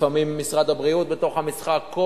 לפעמים משרד הבריאות בתוך המשחק,